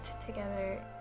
together